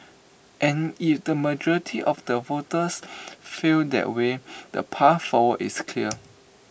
and if the majority of the voters feel that way the path forward is clear